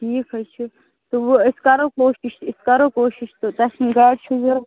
ٹھیٖک حظ چھُ تہٕ وۄنۍ أسۍ کَرُو کوشش أسۍ کَرُو کوشش تہٕ تۄہہِ یِم گاڑٕ چھُو ضرورت